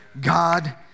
God